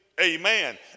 amen